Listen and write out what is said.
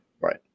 Right